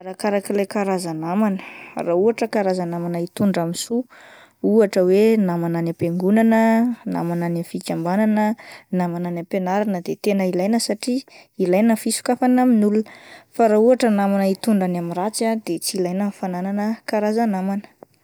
Arakaraka ilay karazana namana, raha ohatra karazana namana hitondra amin'ny soa: ohatra hoe namana any am-piangonana, namana any amin'ny fikambanana ah, namana any am-pianarana de tena ilaina satria ilaina ny fisokafana amin'ny olona, fa raha ohatra namana hitondra any amin'ny ratsy ah de tsy ilaina ny fananana karazana namana.